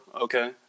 Okay